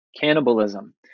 Cannibalism